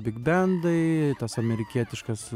bigbendai tas amerikietiškas